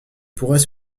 pourrait